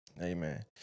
Amen